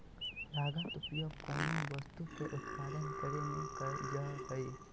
लागत उपयोग कोनो वस्तु के उत्पादन करे में करल जा हइ